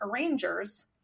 arrangers